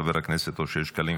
חבר הכנסת אושר שקלים,